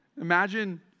Imagine